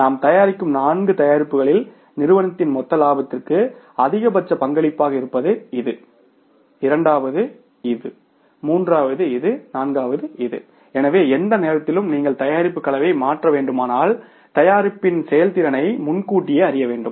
நாம் தயாரிக்கும் நான்கு தயாரிப்புகளில் நிறுவனத்தின் மொத்த இலாபத்திற்கு அதிகபட்ச பங்களிப்பாக இருப்பது இது இரண்டாவது இது மூன்றாவது இது நான்காவதஇது எனவே எந்த நேரத்திலும் நீங்கள் தயாரிப்பு கலவையை மாற்ற வேண்டுமானால் தயாரிப்பின் செயல்திறனை முன்கூட்டியே அறியவேண்டும்